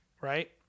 Right